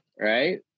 Right